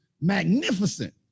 magnificent